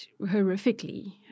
horrifically